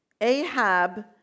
Ahab